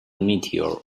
meteor